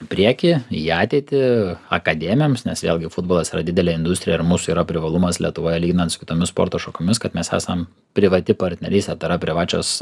priekį į ateitį akademijoms nes vėlgi futbolas yra didelė industrija ir mūsų yra privalumas lietuvoje lyginant su kitomis sporto šakomis kad mes esam privati partnerystė tai yra privačios